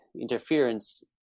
interference